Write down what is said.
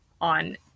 on